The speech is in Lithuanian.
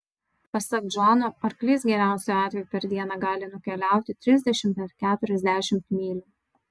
pasak džono arklys geriausiu atveju per dieną gali nukeliauti trisdešimt ar keturiasdešimt mylių